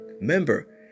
Remember